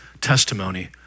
testimony